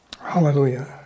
Hallelujah